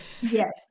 Yes